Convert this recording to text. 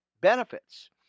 benefits